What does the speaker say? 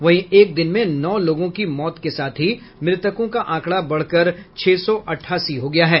वहीं एक दिन में नौ लोगों की मौत के साथ ही मृतकों का आंकड़ा बढ़कर छह सौ अठासी हो गया है